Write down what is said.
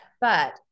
but-